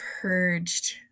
purged